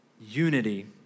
unity